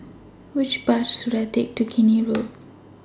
Which Bus should I Take to Keene Road